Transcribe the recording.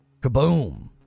Kaboom